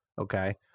Okay